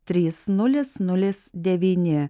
trys nulis nulis devyni